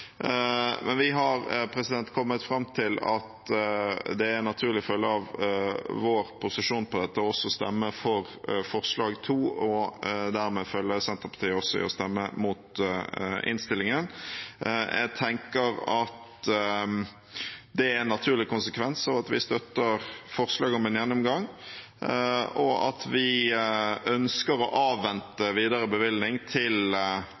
Men vi har kommet fram til at det er naturlig som følge av vår posisjon på dette også å stemme for forslag nr. 2, og dermed følge Senterpartiet i å stemme mot innstillingen. Jeg tenker at det er en naturlig konsekvens, at vi støtter forslaget om en gjennomgang, og at vi ønsker å avvente videre bevilgning til